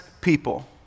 people